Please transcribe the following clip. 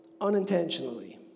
unintentionally